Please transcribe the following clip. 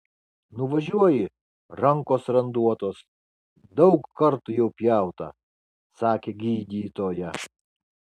nuvažiuoji rankos randuotos daug kartų jau pjauta sakė gydytoja